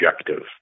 objective